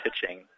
pitching